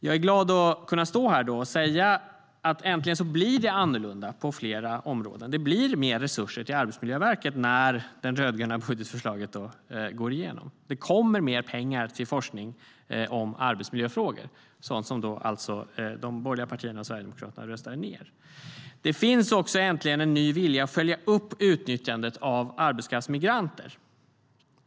Jag är glad över att kunna stå här och säga att det äntligen blir annorlunda på flera områden. Det blir mer resurser till Arbetsmiljöverket, när det rödgröna budgetförslaget går igenom. Det kommer att komma mer pengar till forskning om arbetsmiljöfrågor - sådant som de borgerliga partierna och Sverigedemokraterna röstade ned. Det finns också äntligen en ny vilja att följa upp utnyttjandet av arbetskraftsmigranter.